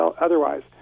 otherwise